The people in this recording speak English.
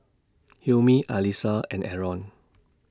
Hilmi Alyssa and Aaron